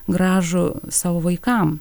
gražų savo vaikam